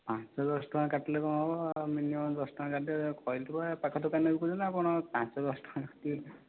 ପାଞ୍ଚ ଦଶଟଙ୍କା କାଟିଲେ କ'ଣ ହେବ ମିନିମମ ଦଶଟଙ୍କା କାଟିଲେ କହିଲି ଟି ପାଖ ଦୋକାନରେ ବିକୁଛନ୍ତି କ'ଣ ପାଞ୍ଚ ଦଶଟଙ୍କା